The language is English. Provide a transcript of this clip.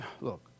look